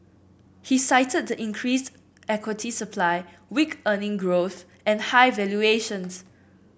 he cited the increased equity supply weak earning growth and high valuations